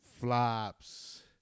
flops